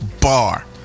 Bar